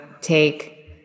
take